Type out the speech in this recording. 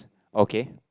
okay